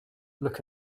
look